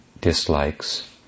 dislikes